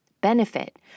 benefit